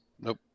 Nope